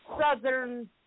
southern